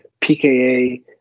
PKA